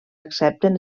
accepten